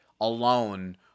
alone